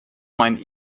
meinen